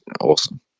awesome